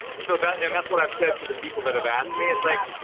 so that, and that's what i've said to the people that have asked me, it's like,